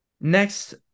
next